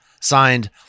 Signed